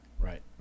Right